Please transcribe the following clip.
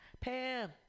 Pam